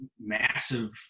massive